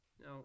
Now